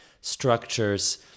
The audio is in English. structures